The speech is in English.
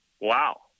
Wow